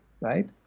right